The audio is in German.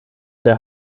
der